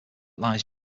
lies